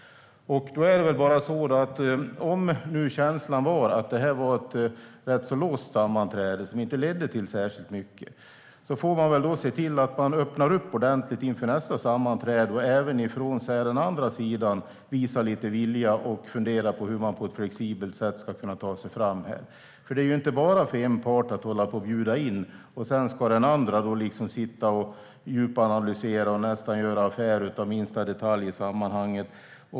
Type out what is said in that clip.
Om nu känslan var att detta var ett låst sammanträde som inte ledde till särskilt mycket får man väl se till att man öppnar upp ordentligt inför nästa sammanträde. Även från den andra sidan måste man visa lite vilja och fundera på hur man på ett flexibelt sätt ska kunna ta sig fram. Det är ju inte bara upp till en part att bjuda in så att den andra kan sitta och djupanalysera och nästan göra affär av minsta detalj i sammanhanget.